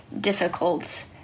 difficult